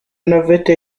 navette